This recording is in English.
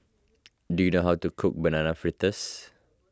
do you know how to cook Banana Fritters